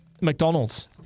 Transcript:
McDonald's